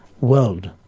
world